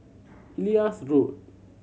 Elias Road